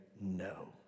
no